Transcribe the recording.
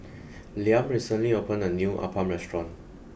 Liam recently opened a new Appam restaurant